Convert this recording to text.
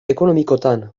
ekonomikoetan